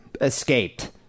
escaped